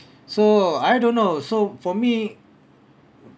so I don't know so for me